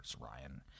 Ryan